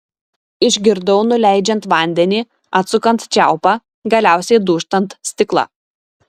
išgirdau nuleidžiant vandenį atsukant čiaupą galiausiai dūžtant stiklą